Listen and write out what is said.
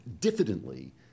diffidently